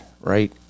right